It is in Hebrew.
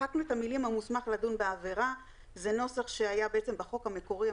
מחקנו את המילים: "המוסמך לדון בעבירה" זה נוסח שהיה בחוק המקורי,